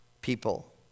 people